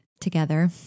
together